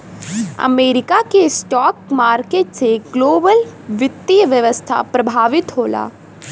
America के stock market से global वित्तीय व्यवस्था प्रभावित होला